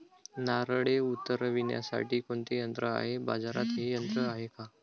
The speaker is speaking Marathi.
नारळे उतरविण्यासाठी कोणते यंत्र आहे? बाजारात हे यंत्र आहे का?